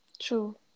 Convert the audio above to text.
true